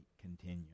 continue